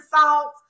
salt